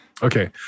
Okay